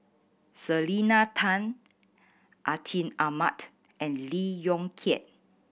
Selena Tan Atin Amat and Lee Yong Kiat